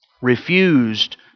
refused